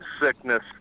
sickness